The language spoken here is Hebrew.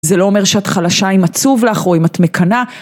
זה לא אומר שאת חלשה אם עצוב לך או אם את מקנה.